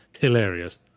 Hilarious